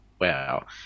Wow